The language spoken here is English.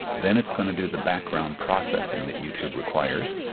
then it's going to do the background processing that youtube requires,